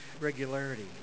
regularity